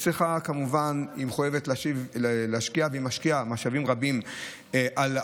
היא מחויבת להשקיע והיא משקיעה משאבים רבים בבטיחות.